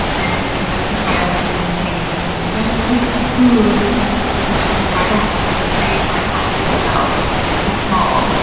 and there was domestic violence in the case. and the judge really pooh-poohed the domestic violence and just made my client feel about like this small.